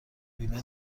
بیمه